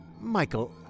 Michael